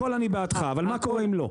הכל אני בעדך, אבל מה קורה אם לא?